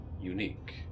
unique